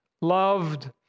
loved